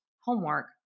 homework